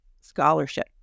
scholarship